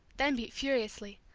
then beat furiously.